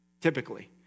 typically